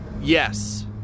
Yes